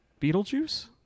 Beetlejuice